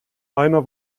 einer